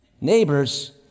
Neighbors